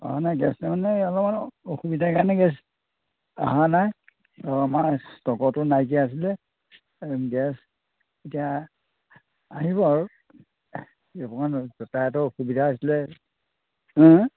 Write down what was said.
অঁ মানে অলপ অলপ অসুবিধাৰ কাৰণে গেছ আহা নাই অঁ মই ইষ্টকতো নাইকিয়া হৈছিলে গেছ এতিয়া আহিব আৰু অকণমান যাতায়তৰ অসুবিধা হৈছিলে হা হা